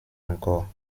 encore